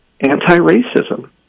anti-racism